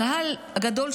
הקהל הגדול,